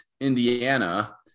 Indiana